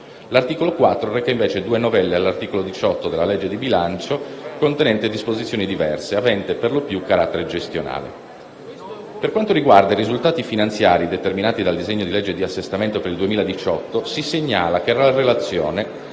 L'articolo 4 reca invece due novelle all'articolo 18 della legge di bilancio, contenente disposizioni diverse aventi per lo più carattere gestionale. Per quanto riguarda i risultati finanziari determinati dal disegno di legge di assestamento per il 2018, si segnala che la relazione